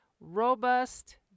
robust